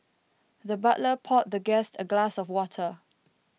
the butler poured the guest a glass of water